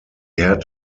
had